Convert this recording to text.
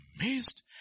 amazed